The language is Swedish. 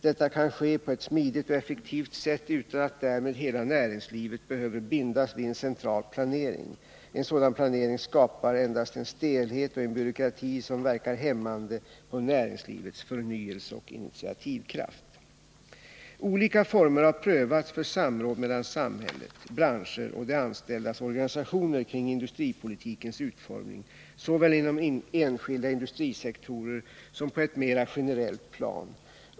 Detta kan ske på ett smidigt och effektivt sätt utan att därmed hela näringslivet behöver bindas vid en central planering. En sådan planering skapar endast en stelhet och en byråkrati, som verkar hämmande på näringslivets förnyelse och initiativkraft. Olika former har prövats för samråd mellan samhället, branscher och de anställdas organisationer kring industripolitikens utformning såväl inom enskilda industrisektorer som på ett mera generellt plan.